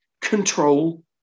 control